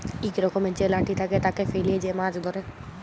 ইক রকমের যে লাঠি থাকে, তাকে ফেলে যে মাছ ধ্যরে